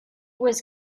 was